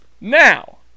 now